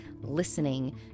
listening